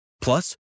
Plus